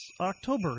October